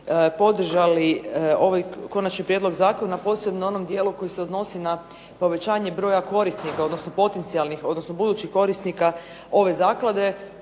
podržali ovaj Konačni prijedlog zakona posebno u onom dijelu koji se odnosi na povećanje broja korisnika odnosno potencijalnih, odnosno budućih korisnika ove Zaklade.